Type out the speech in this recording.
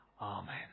Amen